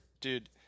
Dude